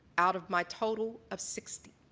out of my total of sixty.